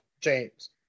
James